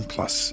Plus